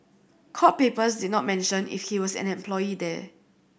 court papers did not mention if he was an employee there